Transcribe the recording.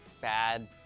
bad